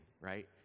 right